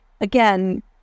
again